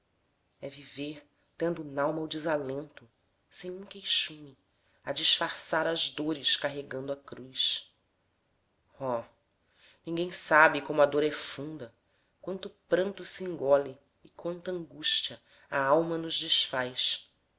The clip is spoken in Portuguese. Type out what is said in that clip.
é viver tendo nalma o desalento sem um queixume a disfarçar as dores carregando a cruz oh ninguém sabe como a dor é funda quanto pranto sengole e quanta angústia a alma nos desfaz